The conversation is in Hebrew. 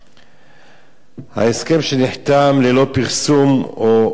ההסכם שנחתם ללא פרסום יפורסם בקרוב,